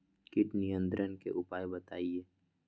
किट नियंत्रण के उपाय बतइयो?